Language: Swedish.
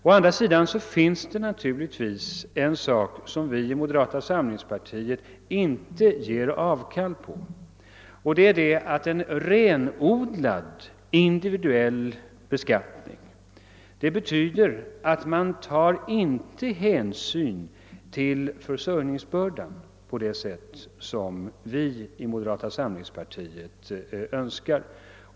Å andra sidan finns det en sak som vi i moderata samlingspartiet inte ger avkall på, nämligen att en renodlad individuell beskattning betyder att man inte tar hänsyn till försörjningsbördan på det sätt som vi önskar.